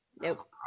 nope